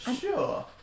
Sure